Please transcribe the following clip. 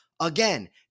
Again